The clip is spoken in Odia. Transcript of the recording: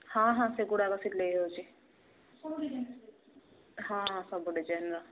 ହଁ ହଁ ସେଗୁଡ଼ାକ ସିଲେଇ ହେଉଛି ହଁ ସବୁ ଡିଜାଇନ୍ର